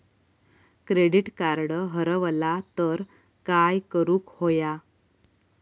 Credit card हरवला तर काय करुक होया?